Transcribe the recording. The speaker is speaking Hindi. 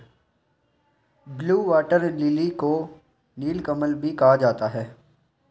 ब्लू वाटर लिली को नीलकमल भी कहा जाता है